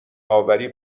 اوری